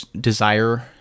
desire